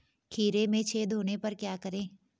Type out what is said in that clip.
खीरे में छेद होने पर क्या करें?